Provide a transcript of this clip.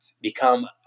become